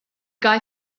guy